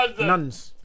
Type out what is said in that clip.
Nuns